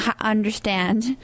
understand